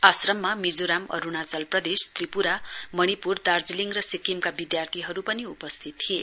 आश्राममा मिजोराम अरुणाचल प्रदेश त्रिपूरा मणिपूर दार्जीलिङ र सिक्किमका विधार्थीहरु पनि उपस्थित थिए